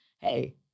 hey